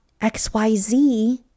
XYZ